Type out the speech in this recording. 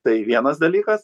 tai vienas dalykas